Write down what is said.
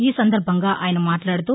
ఈ సందర్బంగా ఆయన మాట్లాడుతూ